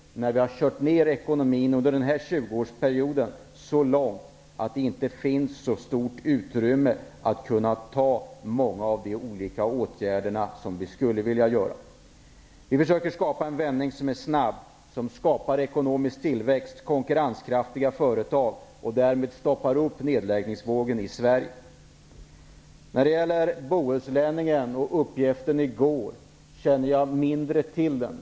Ekonomin har körts ned så långt under denna 20-årsperiod att det inte finns så stort utrymme för att kunna vidta många av de åtgärder som skulle behöva göras. Vi försöker skapa en vändning som är snabb och som skapar ekonomisk tillväxt, konkurrenskraftiga företag och därmed stoppar upp nedläggningsvågen i Sverige. Jag känner inte till uppgiften i Bohuslänningen från igår.